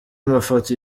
mafoto